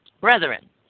Brethren